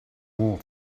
more